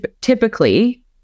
typically